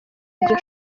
iryo